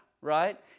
right